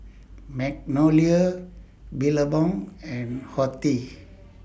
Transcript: Magnolia Billabong and Horti